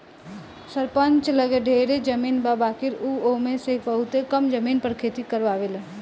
सरपंच लगे ढेरे जमीन बा बाकिर उ ओमे में से बहुते कम जमीन पर खेती करावेलन